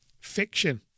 fiction